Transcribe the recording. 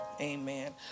amen